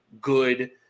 good